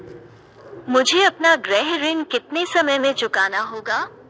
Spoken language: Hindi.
मुझे अपना गृह ऋण कितने समय में चुकाना होगा?